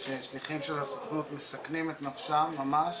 ששליחים של הסוכנות מסכנים את נפשם ממש